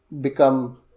become